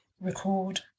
record